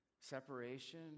separation